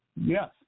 Yes